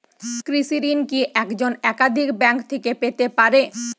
কৃষিঋণ কি একজন একাধিক ব্যাঙ্ক থেকে পেতে পারে?